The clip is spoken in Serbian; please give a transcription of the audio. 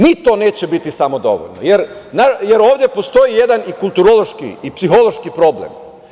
Ni to neće biti samo dovoljno, jer ovde postoji jedan kulturološki i psihološki problem.